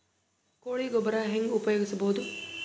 ಕೊಳಿ ಗೊಬ್ಬರ ಹೆಂಗ್ ಉಪಯೋಗಸಬಹುದು?